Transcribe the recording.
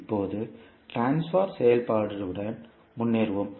இப்போது ட்ரான்ஸ்பர் செயல்பாட்டுடன் முன்னேறுவோம்